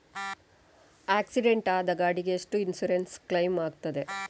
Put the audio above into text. Accident ಆದ ಗಾಡಿಗೆ ಎಷ್ಟು ಇನ್ಸೂರೆನ್ಸ್ ಕ್ಲೇಮ್ ಆಗ್ತದೆ?